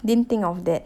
didn't think of that